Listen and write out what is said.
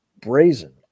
brazen